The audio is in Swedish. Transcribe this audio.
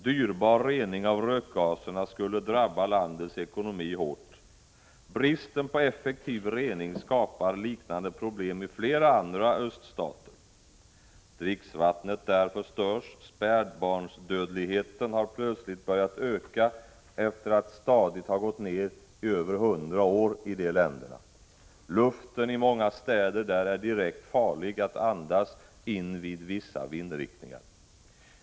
Dyrbar rening av rökgaserna skulle drabba landets ekonomi hårt. 103 Bristen på effektiv rening skapar liknande problem i flera andra öststater. Dricksvattnet förstörs, spädbarnsdödligheten har plötsligt börjat öka efter att stadigt ha gått ned i över 100 år i de länderna. Luften i många städer är direkt farlig att andas in vid vissa vindriktningar.